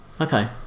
Okay